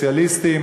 סוציאליסטים,